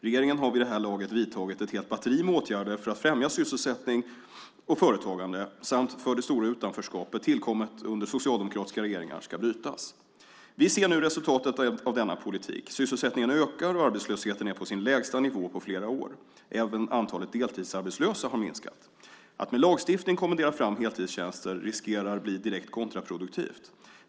Regeringen har vid det här laget vidtagit ett helt batteri med åtgärder för att främja sysselsättning och företagande samt för att det stora utanförskapet, tillkommet under socialdemokratiska regeringar, ska brytas. Vi ser nu resultatet av denna politik. Sysselsättningen ökar och arbetslösheten är på sin lägsta nivå på flera år. Även antalet deltidsarbetslösa har minskat. Att med lagstiftning kommendera fram heltidstjänster riskerar att bli direkt kontraproduktivt.